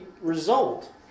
result